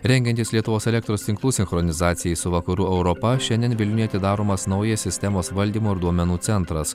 rengiantis lietuvos elektros tinklų sinchronizacijai su vakarų europa šiandien vilniuje atidaromas naujas sistemos valdymo ir duomenų centras